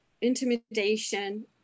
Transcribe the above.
intimidation